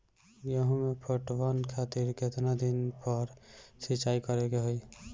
गेहूं में पटवन खातिर केतना दिन पर सिंचाई करें के होई?